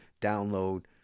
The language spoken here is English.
download